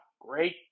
great